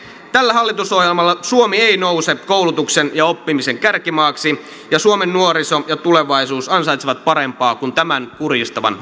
tällä hallitusohjelmalla suomi ei nouse koulutuksen ja oppimisen kärkimaaksi suomen nuoriso ja tulevaisuus ansaitsevat parempaa kuin tämän kurjistavan